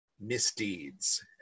misdeeds